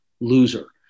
loser